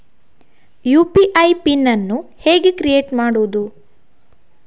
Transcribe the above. UPI PIN ಅನ್ನು ಹೇಗೆ create ಮಾಡುದು?